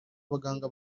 baganga